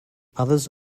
others